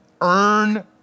earn